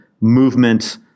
movement